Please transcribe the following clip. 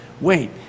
Wait